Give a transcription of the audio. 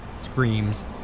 screams